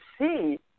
see